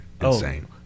insane